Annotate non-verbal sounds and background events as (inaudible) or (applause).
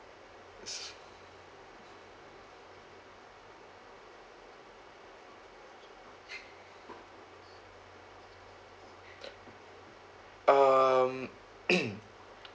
um (coughs)